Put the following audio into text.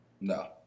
No